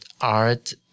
art